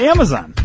Amazon